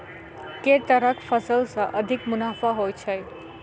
केँ तरहक फसल सऽ अधिक मुनाफा होइ छै?